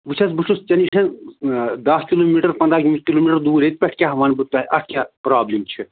وٕچھ حظ بہٕ چھُس ژےٚ نِش دَہ کِلوٗ میٖٹر پَنٛداہ کِلوٗ میٖٹر دوٗر ییٚتہِ پٮ۪ٹھ کیٛاہ وَنہٕ بہٕ تۄہہِ اَتھ کیٛاہ پرٛابلِم چھِ